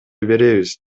беребиз